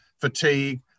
fatigue